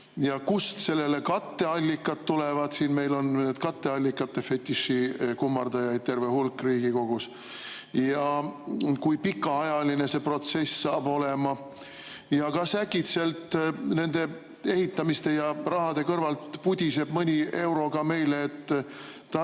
Ja kust sellele katteallikad tulevad? Siin meil on neid katteallikate fetiši kummardajaid terve hulk Riigikogus. Kui pikaajaline see protsess saab olema ja kas äkitselt nende ehitamiste ja rahade kõrvalt pudiseb mõni euro ka meile, et